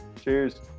cheers